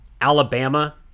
alabama